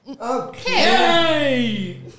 Okay